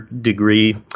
degree